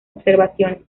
observaciones